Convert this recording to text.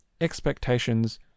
expectations